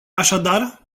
așadar